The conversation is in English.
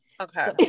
okay